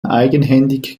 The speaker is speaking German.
eigenhändig